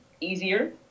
easier